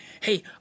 hey